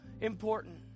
important